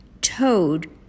Toad